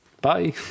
bye